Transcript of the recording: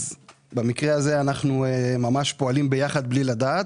אז במקרה הזה אנחנו ממש פועלים ביחד בלי לדעת,